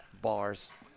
Bars